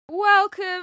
Welcome